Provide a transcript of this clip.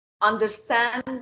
understand